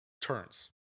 turns